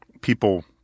people